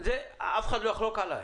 אף אחד לא יחלוק עליי.